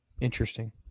Interesting